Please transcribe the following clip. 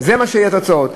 אלה יהיו התוצאות.